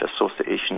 Association